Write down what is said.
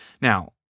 Now